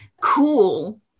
cool